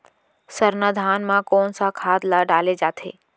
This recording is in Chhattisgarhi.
सरना धान म कोन सा खाद ला डाले जाथे?